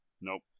nope